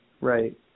right